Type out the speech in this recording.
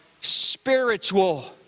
spiritual